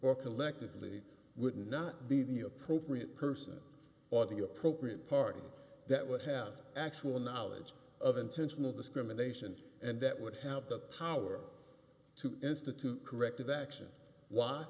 or collectively would not be the appropriate person or the appropriate party that would have actual knowledge of intentional discrimination and that would have the power to institute corrective action why